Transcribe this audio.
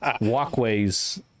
walkways